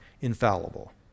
infallible